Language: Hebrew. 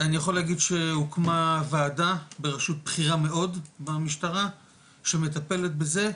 אני יכול להגיד שהוקמה וועדה ברשות בכירה מאוד במשטרה שמטפלת בזה,